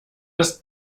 das